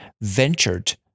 ventured